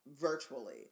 virtually